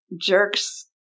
jerks